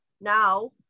Now